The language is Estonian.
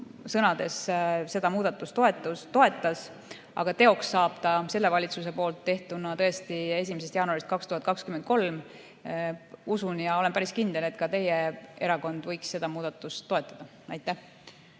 sõnades seda muudatust toetas, aga teoks saab see selle valitsuse tehtuna tõesti 1. jaanuarist 2023. Ma olen päris kindel, et ka teie erakond võiks seda muudatust toetada. Härra